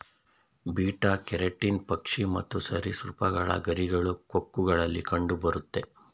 beta keratin ಪಕ್ಷಿ ಮತ್ತು ಸರಿಸೃಪಗಳ ಗರಿಗಳು, ಕೊಕ್ಕುಗಳಲ್ಲಿ ಕಂಡುಬರುತ್ತೆ